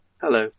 Hello